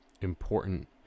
important